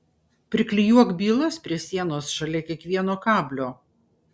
priklijuok bylas prie sienos šalia kiekvieno kablio